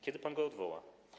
Kiedy pan go odwoła?